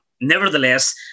Nevertheless